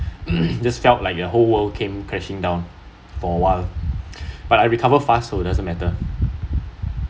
just felt like the whole world fell crashing down for awhile but I recovered fast so it doesn't matter